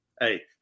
Hey